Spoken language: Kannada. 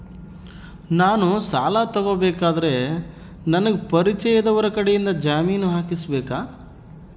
ನಾನು ಸಾಲ ತಗೋಬೇಕಾದರೆ ನನಗ ಪರಿಚಯದವರ ಕಡೆಯಿಂದ ಜಾಮೇನು ಹಾಕಿಸಬೇಕಾ?